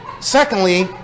Secondly